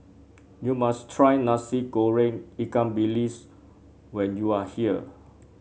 you must try Nasi Goreng Ikan Bilis when you are here